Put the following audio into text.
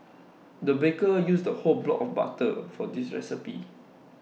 the baker used the whole block of butter for this recipe